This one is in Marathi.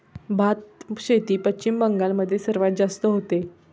भातशेती पश्चिम बंगाल मध्ये सर्वात जास्त होते